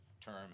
term